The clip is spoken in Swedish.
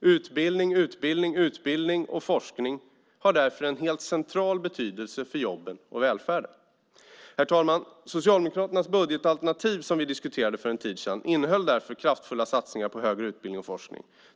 Utbildning, utbildning, utbildning och forskning har därför en helt central betydelse för jobben och välfärden. Herr talman! Socialdemokraternas budgetalternativ som vi diskuterade för en tid sedan innehöll därför kraftfulla satsningar på högre utbildning och forskning.